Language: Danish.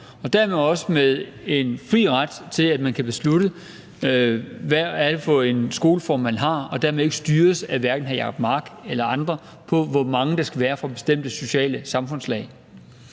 og dermed også en fri ret til, at man kan beslutte, hvad det er for en skoleform, man har, og at man dermed ikke styres af hverken hr. Jacob Mark eller andre, i forhold til hvor mange der skal være fra bestemte sociale samfundslag.